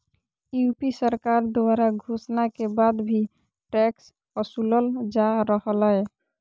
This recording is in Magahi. यू.पी सरकार द्वारा घोषणा के बाद भी टैक्स वसूलल जा रहलय